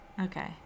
okay